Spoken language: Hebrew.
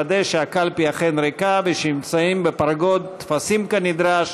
לוודא שהקלפי אכן ריקה ושנמצאים בפרגוד טפסים כנדרש,